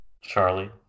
Charlie